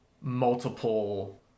multiple